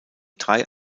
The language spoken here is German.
drei